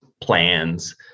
plans